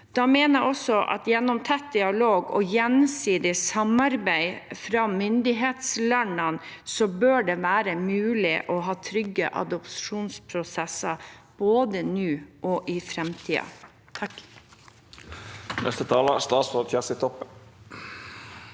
Da mener jeg at det gjennom tett dialog og gjensidig samarbeid fra myndighetslandene bør være mulig å ha trygge adopsjonsprosesser, både nå og i framtiden.